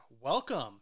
welcome